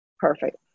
perfect